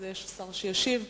אז יש שר שישיב.